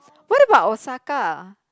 what about Osaka